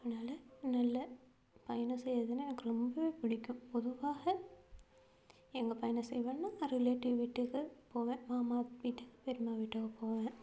அதனால நல்ல பயணம் செய்கிறதுன்னா எனக்கு ரொம்ப பிடிக்கும் பொதுவாக எங்கள் பயணம் செய்வேன்னா நான் ரிலேட்டிவ் வீட்டுக்கு போவேன் மாமா வீட்டுக்கு பெரியமா வீட்டுக்கு போவேன்